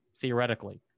theoretically